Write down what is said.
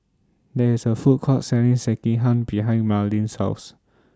There IS A Food Court Selling Sekihan behind Marlyn's House